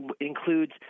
includes